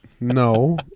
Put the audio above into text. No